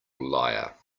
liar